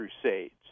Crusades